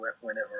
whenever